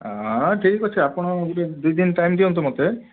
ଆ ଠିକ୍ ଅଛି ଆପଣ ଗୋଟେ ଦୁଇ ଦିନ ଟାଇମ୍ ଦିଅନ୍ତୁ ମୋତେ